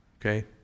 Okay